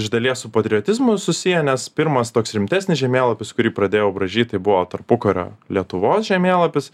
iš dalies su patriotizmu susiję nes pirmas toks rimtesnis žemėlapis kurį pradėjau braižyti buvo tarpukario lietuvos žemėlapis